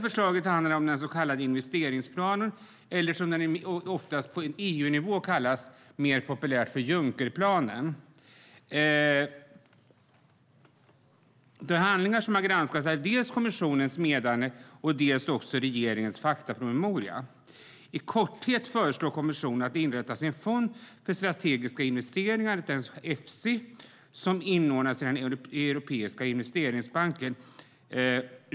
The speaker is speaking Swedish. Förslaget handlar om den så kallade investeringsplanen eller som den mer populärt kallas på EU-nivå, Junckerplanen. De handlingar som har granskats är dels kommissionens meddelande, dels regeringens faktapromemoria. I korthet föreslår kommissionen att det inrättas en fond för strategiska investeringar, Efsi, som inordnas i Europeiska investeringsbanken.